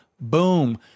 boom